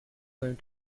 going